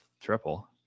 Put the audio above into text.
triple